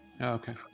Okay